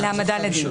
להעמדה לדין.